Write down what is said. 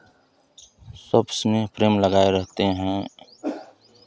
सब स्नेह प्रेम लगाए रहते हैं